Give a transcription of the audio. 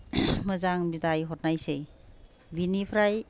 मोजां बिदाय हरदोंमोन बेनिफ्राय